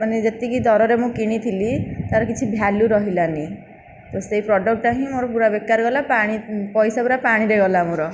ମାନେ ଯେତିକି ଦରରେ ମୁଁ କିଣିଥିଲି ତା'ର କିଛି ଭ୍ୟାଲୁ ରହିଲାନି ତ ସେଇ ପ୍ରଡକ୍ଟଟା ହିଁ ମୋ'ର ପୁରା ବେକାର ଗଲା ପାଣି ପଇସା ପୁରା ପାଣିରେ ଗଲା ମୋ'ର